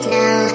now